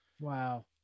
Wow